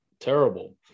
terrible